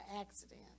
accident